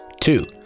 Two